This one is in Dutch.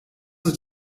het